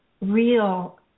Real